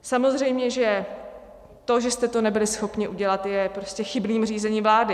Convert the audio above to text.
Samozřejmě že to, že jste to nebyli schopni udělat, je chybným řízením vlády.